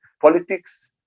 politics